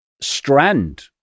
strand